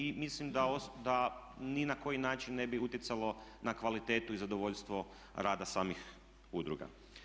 I mislim da ni na koji način ne bi utjecalo na kvalitetu i zadovoljstvo rada samih udruga.